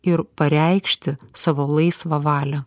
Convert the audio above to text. ir pareikšti savo laisvą valią